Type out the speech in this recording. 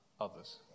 others